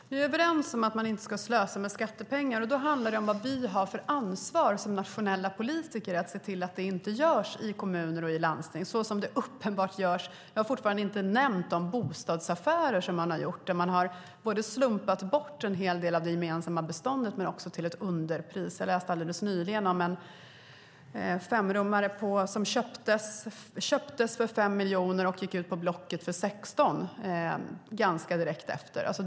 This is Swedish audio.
Fru talman! Vi är överens om att man inte ska slösa med skattepengar. Det handlar om vad vi har för ansvar som nationella politiker att se till att det inte görs i kommuner och landsting, så som det uppenbart görs. Jag har fortfarande inte nämnt de bostadsaffärer man har gjort där man har slumpat bort en hel del av det gemensamma beståndet och också sålt till ett underpris. Jag läste alldeles nyligen om en femrummare som köptes för 5 miljoner och gick ut på Blocket för 16 miljoner ganska direkt efter.